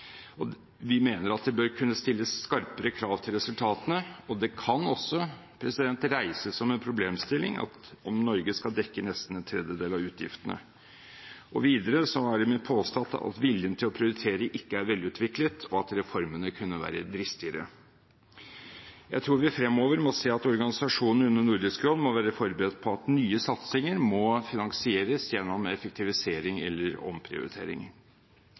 Vi mener det bør kunne stilles skarpere krav til resultatene. Det kan også reises som en problemstilling om Norge skal dekke nesten en tredjedel av utgiftene. Videre er det min påstand at viljen til å prioritere ikke er velutviklet, og at reformene kunne være dristigere. Jeg tror vi fremover må se at organisasjonen under Nordisk råd må være forberedt på at nye satsinger må finansieres gjennom effektivisering eller omprioriteringer.